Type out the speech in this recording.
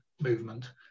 movement